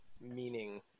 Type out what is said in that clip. meaning